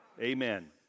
Amen